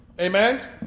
Amen